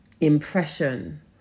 impression